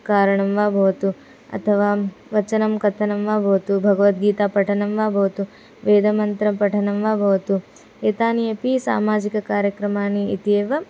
कारणं वा भवतु अथवा वचनं कथनं वा भवतु भगवद्गीता पठनं वा भवतु वेदमन्त्रपठनं वा भवतु एतानि अपि सामाजिककार्यक्रमानि इत्येव